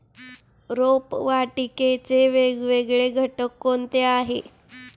रोपवाटिकेचे वेगवेगळे घटक कोणते आहेत?